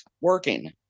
working